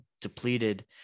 depleted